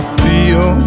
feel